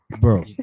Bro